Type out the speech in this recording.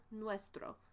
nuestro